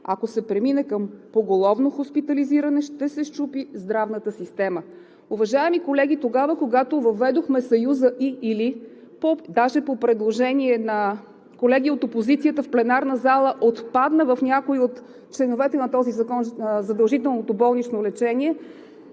Ако се премине към поголовно хоспитализиране, ще се счупи здравната система.“ Уважаеми колеги, тогава, когато въведохме съюза „и/или“, даже по предложение на колеги от опозицията в пленарната зала, отпадна от някои от членовете на този закон задължителното болнично лечение,